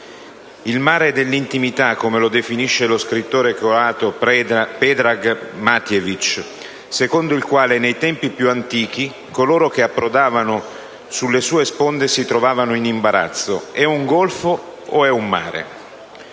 il «mare dell'intimità», come lo definisce lo scrittore croato Predrag Matvejević, secondo il quale «nei tempi più antichi coloro che approdavano sulle sue sponde si trovavano in imbarazzo: è un golfo o un mare?»